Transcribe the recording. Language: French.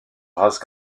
rase